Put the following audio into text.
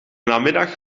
namiddag